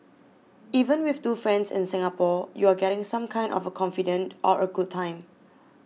even with two friends in Singapore you're getting some kind of a confidante or a good time